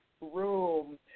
room